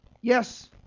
Yes